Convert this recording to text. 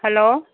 hello